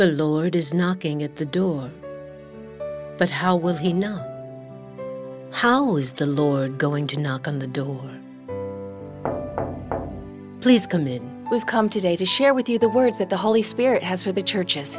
the lord is knocking at the door but how was he know how is the lord going to knock on the door please come in we've come today to share with you the words that the holy spirit has with the churches